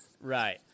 Right